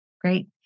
Great